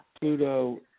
Pluto